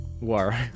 War